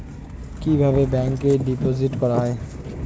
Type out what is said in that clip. কিভাবে ব্যাংকে ডিপোজিট করা হয়?